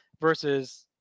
versus